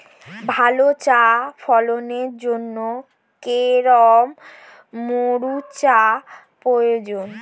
ভালো চা ফলনের জন্য কেরম ময়স্চার প্রয়োজন?